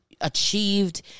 achieved